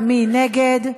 מי נגד?